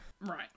Right